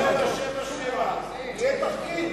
777 יהיה תחקיר?